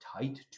tight